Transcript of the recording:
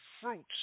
fruits